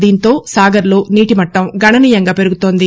దీంతో సాగర్లో నీటిమట్టం గణనీయంగా పెరుగుతోంది